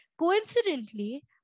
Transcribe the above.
Coincidentally